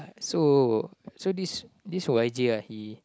so this Y J ah he